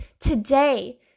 today